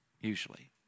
usually